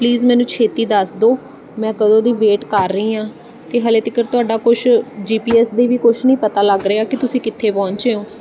please ਮੈਨੂੰ ਛੇਤੀ ਦੱਸ ਦਿਓ ਮੈਂ ਕਦੋਂ ਦੀ ਵੇਟ ਕਰ ਰਹੀ ਹਾਂ ਅਤੇ ਹਾਲੇ ਤੱਕ ਤੁਹਾਡਾ ਕੁਛ ਜੀ ਪੀ ਐਸ ਦਾ ਵੀ ਕੁਛ ਨਹੀਂ ਪਤਾ ਲੱਗ ਰਿਹਾ ਕਿ ਤੁਸੀਂ ਕਿੱਥੇ ਪਹੁੰਚੇ ਹੋ